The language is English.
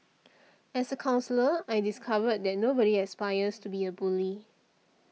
as a counsellor I discovered that nobody aspires to be a bully